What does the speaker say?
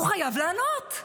הוא חייב לענות.